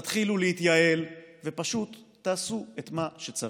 תתחילו להתייעל ופשוט תעשו את מה שצריך.